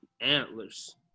antlers